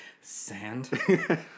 sand